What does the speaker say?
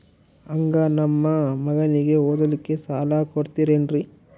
ಹಂಗ ನಮ್ಮ ಮಗನಿಗೆ ಓದಲಿಕ್ಕೆ ಸಾಲ ಕೊಡ್ತಿರೇನ್ರಿ?